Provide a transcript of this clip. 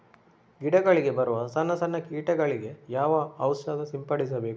ಗಿಡಗಳಿಗೆ ಬರುವ ಸಣ್ಣ ಸಣ್ಣ ಕೀಟಗಳಿಗೆ ಯಾವ ಔಷಧ ಸಿಂಪಡಿಸಬೇಕು?